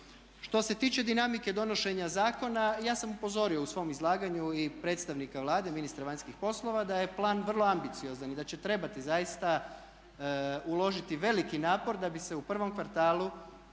Što se tiče dinamike donošenja zakona ja sam upozorio u svom izlaganju i predstavnika Vlade ministra vanjskih poslova da je plan vrlo ambiciozan i da će trebati zaista uložiti veliki napor da bi se u prvom kvartalu